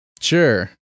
Sure